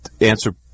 answer